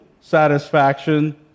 satisfaction